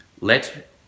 let